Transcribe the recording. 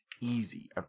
easy